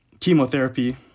chemotherapy